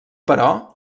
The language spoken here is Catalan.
però